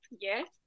yes